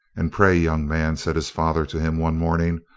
and pray, young man, said his father to him one morning,